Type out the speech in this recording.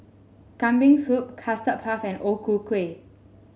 Kambing Soup Custard Puff and O Ku Kueh